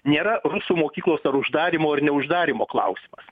nėra rusų mokyklos ar uždarymo ar neuždarymo klausimas